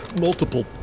multiple